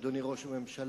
אדוני ראש הממשלה,